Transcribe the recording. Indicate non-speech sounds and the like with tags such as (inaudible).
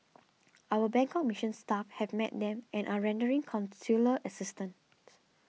(noise) our Bangkok Mission staff have met them and are rendering consular assistance's